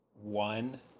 one